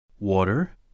Water